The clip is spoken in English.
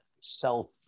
self